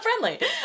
friendly